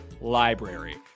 library